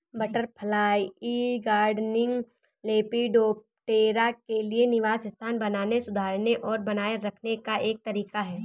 butterfly gardening, Lepidoptera के लिए निवास स्थान बनाने, सुधारने और बनाए रखने का एक तरीका है